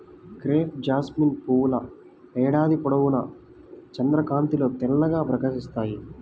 crepe jasmine పువ్వుల ఏడాది పొడవునా చంద్రకాంతిలో తెల్లగా ప్రకాశిస్తాయి